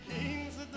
kings